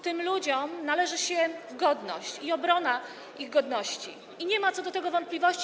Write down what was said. Tym ludziom należy się godność i obrona ich godności i nie ma co do tego wątpliwości.